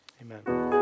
amen